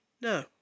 no